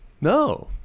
No